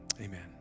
amen